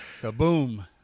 Kaboom